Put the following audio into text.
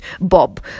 Bob